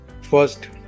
first